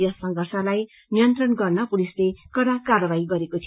यस संर्षलाई नियंत्रण गर्न पुलिसले कड़ा कार्यवाही गरेको थियो